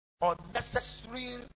unnecessary